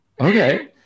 Okay